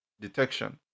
detection